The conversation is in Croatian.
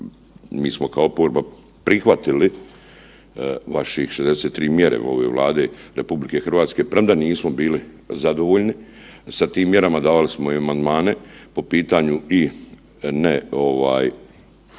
mi smo kao oporba prihvatili vaših 63 mjere ove Vlade RH premda nismo bili zadovoljni sa tim mjerama, davali smo i amandmane po pitanju i ne ovaj